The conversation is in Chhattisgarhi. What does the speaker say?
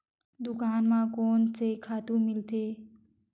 दुकान म कोन से खातु मिलथे?